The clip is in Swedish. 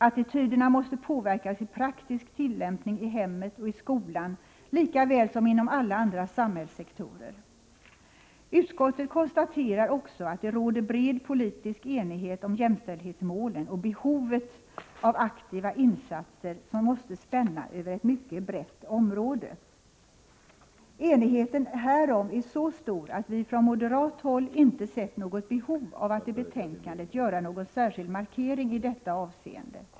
Attityderna måste påverkas i praktisk tillämpning i hemmet och i skolan lika väl som inom alla andra samhällssektorer. Utskottet konstaterar också att det råder bred politisk enighet om jämställdhetsmålen och om behovet av aktiva insatser, som måste spänna över ett mycket brett område. Enigheten härom är så stor att vi från moderat sida inte sett något behov av att i betänkandet göra någon särskild markering i detta avseende.